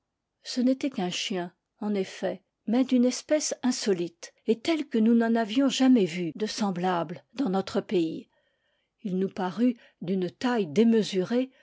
ce n'était qu'un chien en effet mais d'une espèce insolite et tel que nous n'en avions jamais vu de semblable dans notre pays il nous parut d'une taille démesurée